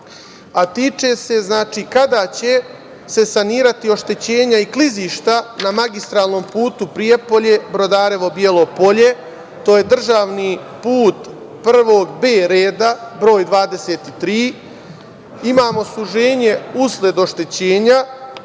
i infrastrukture – kada će se sanirati oštećenja i klizišta na magistralnom putu Prijepolje – Brodarevo – Bijelo Polje? To je državni put prvog B reda broj 23, gde imamo suženje usled oštećenja